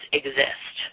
exist